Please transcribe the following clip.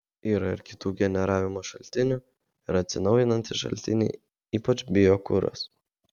yra ir kitų generavimo šaltinių yra atsinaujinantys šaltiniai ypač biokuras